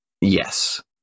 Yes